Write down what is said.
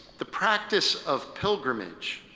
the practice of pilgrimage